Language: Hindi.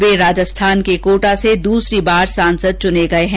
वे राजस्थान के कोटा से दूसरी बार सांसद चुने गए हैं